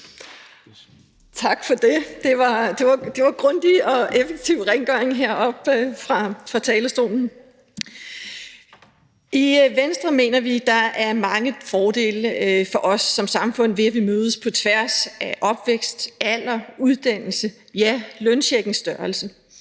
Tak for det – det var grundig og effektiv rengøring heroppe på talerstolen. I Venstre mener vi, at der er mange fordele for os som samfund, ved at vi mødes på tværs af opvækst, alder, uddannelse, ja, løncheckens størrelse.